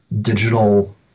digital